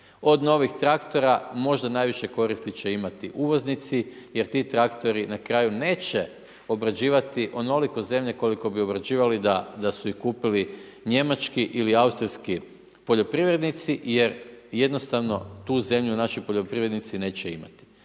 Od novih traktora, možda najviše koristi će imati uvoznici, jer ti traktori na kraju, neće obrađivati onoliko zemlje, koliko bi obrađivali da su ih kupili njemački ili austrijski poljoprivrednici, jer jednostavno, tu zemlju naši poljoprivrednici neće imati.